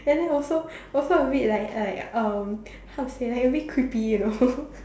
and then also also a bit like like um how to say like a bit creepy you know